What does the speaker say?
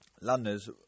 Londoners